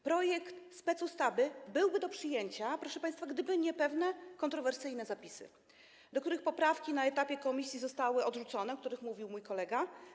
Projekt specustawy byłby do przyjęcia, proszę państwa, gdyby nie pewne kontrowersyjne zapisy, do których poprawki na etapie prac komisji zostały odrzucone, a o których mówił mój kolega.